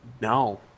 no